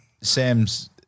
Sam's